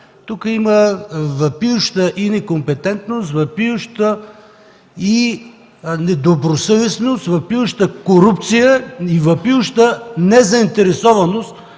Тук има въпиюща некомпетентност, въпиюща недобросъвестност, въпиюща корупция и въпиюща незаинтересованост,